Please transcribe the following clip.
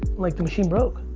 like the machine broke,